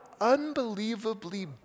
unbelievably